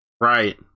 Right